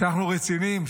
שאנחנו רציניים,